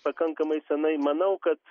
pakankamai senai manau kad